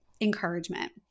encouragement